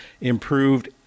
improved